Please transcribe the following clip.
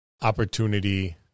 opportunity